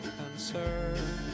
concern